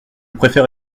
préfère